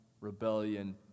rebellion